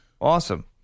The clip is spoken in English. Awesome